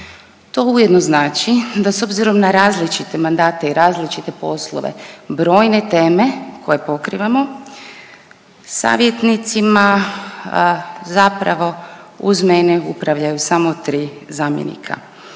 To ujedno znači da s obzirom na različite mandate i različite poslove brojne teme koje pokrivamo savjetnicima zapravo uz mene upravljaju samo tri zamjenika.